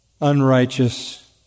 unrighteous